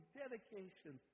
dedication